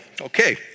okay